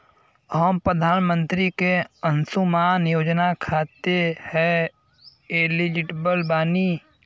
हम प्रधानमंत्री के अंशुमान योजना खाते हैं एलिजिबल बनी?